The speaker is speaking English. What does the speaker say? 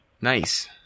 Nice